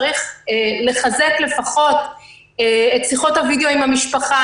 צריך לחזק לפחות את שיחות הווידיאו עם המשפחה.